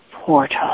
portal